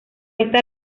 esa